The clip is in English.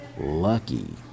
Lucky